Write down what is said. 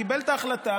קיבל את ההחלטה,